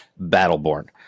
Battleborn